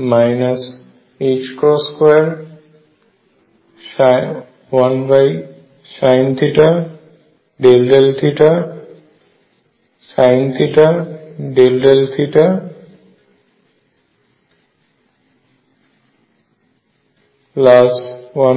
21sinθ∂θsinθ∂θ1 22